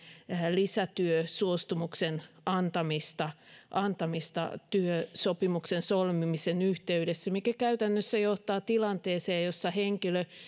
lisätyösuostumuksen antamista antamista työsopimuksen solmimisen yhteydessä mikä käytännössä johtaa tilanteeseen jossa henkilö